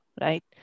right